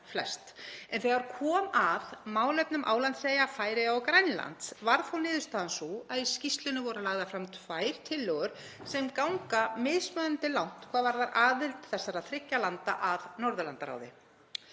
en þegar kom að málefnum Álandseyja, Færeyja og Grænlands varð þó niðurstaðan sú að í skýrslunni voru lagðar fram tvær tillögur sem ganga mismunandi langt hvað varðar aðild þessara þriggja landa að Norðurlandaráði.